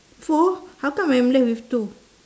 four how come I am left with two